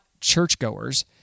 churchgoers